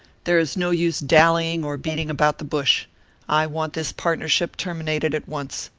there is no use dallying or beating about the bush i want this partnership terminated at once.